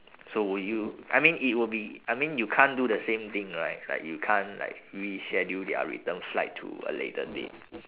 so would you I mean it would be I mean you can't do the same thing right like you can't like reschedule their return flight to a later date